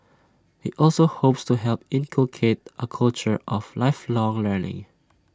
he also hopes to help inculcate A culture of lifelong learning